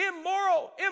Immoral